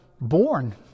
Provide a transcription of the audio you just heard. born